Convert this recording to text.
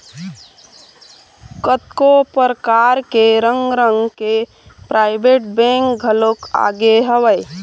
कतको परकार के रंग रंग के पराइवेंट बेंक घलोक आगे हवय